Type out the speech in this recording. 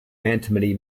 antimony